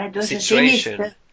situation